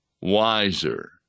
wiser